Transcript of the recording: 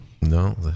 No